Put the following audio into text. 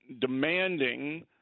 demanding